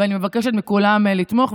ואני מבקשת מכולם לתמוך.